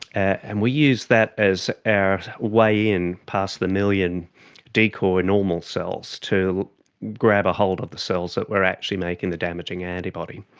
and we use that as our way in past the million decoy normal cells to grab a hold of the cells that were actually making the damaging antibody.